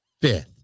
fifth